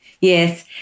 Yes